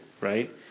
right